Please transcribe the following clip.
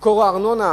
ייקור הארנונה?